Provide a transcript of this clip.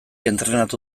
entrenatu